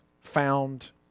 found